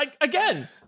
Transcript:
again